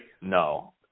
No